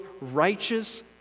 righteous